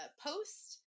post